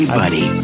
buddy